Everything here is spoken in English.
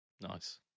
Nice